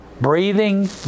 breathing